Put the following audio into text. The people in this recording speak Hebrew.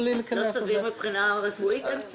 לא סביר מבחינה רפואית?